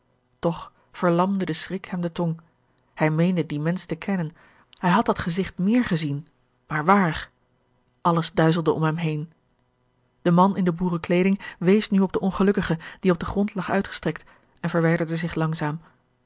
toch verlamde de schrik hem de tong hij meende dien mensch te kennen hij had dat gezigt meer gezien maar waar alles duizelde om hem heen de man in de boerenkleeding wees nu op den ongdukkige die op den grond lag uitgestrekt en verwijderde zich langzaam